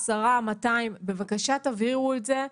בבקשה תבהירו את זה.